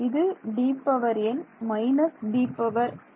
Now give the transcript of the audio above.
இது Dn − Dn−1